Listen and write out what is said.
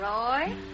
Roy